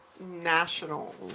National